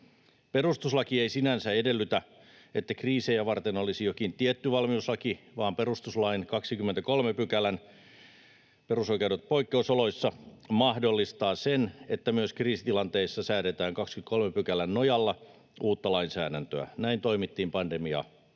Perustuslaki ei sinänsä edellytä, että kriisejä varten olisi jokin tietty valmiuslaki, vaan perustuslain 23 §, Perusoikeudet poikkeusoloissa, mahdollistaa sen, että myös kriisitilanteissa säädetään 23 §:n nojalla uutta lainsäädäntöä. Näin toimittiin